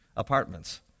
apartments